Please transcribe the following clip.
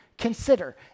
Consider